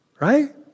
Right